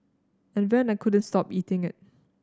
and then I couldn't stop eating it